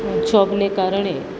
જોબને કારણે